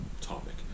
topic